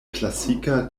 klasika